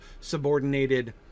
subordinated